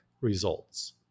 results